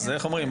אז איך אומרים,